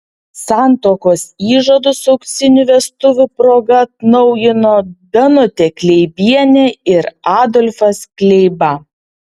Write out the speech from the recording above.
santuokos įžadus auksinių vestuvių proga atnaujino danutė kleibienė ir adolfas kleiba